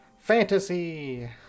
fantasy